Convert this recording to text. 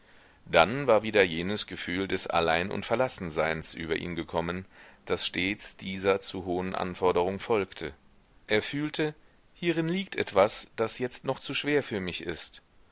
dann war wieder jenes gefühl des allein und verlassenseins über ihn gekommen das stets dieser zu hohen anforderung folgte er fühlte hierin liegt etwas das jetzt noch zu schwer für mich ist